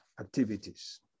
activities